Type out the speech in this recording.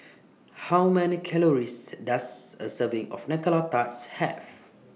How Many Calories Does A Serving of Nutella Tart Have